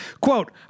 Quote